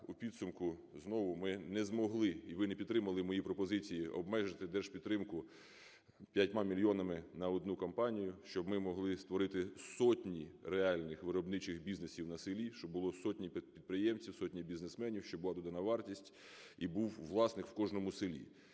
у підсумку знову ми не змогли і ви не підтримали мої пропозиції, обмежити держпідтримку 5 мільйонами на одну компанію, щоб ми могли створити сотні реальних виробничих бізнесів на селі, щоб було сотні підприємців, сотні бізнесменів, щоб була додана вартість і був власник у кожному селі,